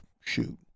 shoot